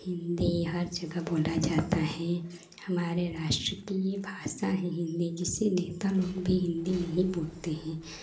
हिन्दी हर जगह बोली जाती है हमारे राष्ट्र की यह भाषा है हिन्दी जिसे नेता लोग भी हिन्दी ही बोलते हैं